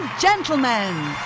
Gentlemen